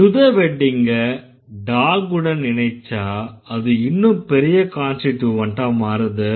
to the weddingஅ dog உடன் இணைச்சா அது இன்னும் பெரிய கான்ஸ்டிட்யூவன்ட்டா மாறுது